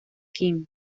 king